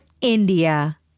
India